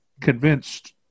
convinced